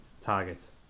targets